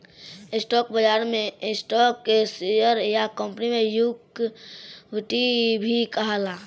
stock बाजार में stock के शेयर या कंपनी के इक्विटी भी कहाला